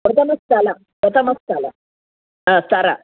प्रथमस्थल प्रथमस्थल स्तर